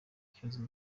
kibazo